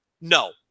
No